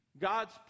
God's